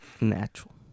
Natural